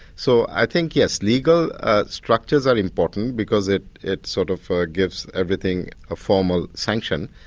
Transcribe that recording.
so i think, yes, legal structures are important because it it sort of gives everything a formal sanction,